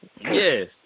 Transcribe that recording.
Yes